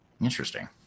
interesting